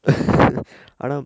ஆனா:aana